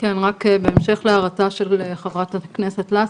בהמשך להערתה של חברת הכנסת לסקי,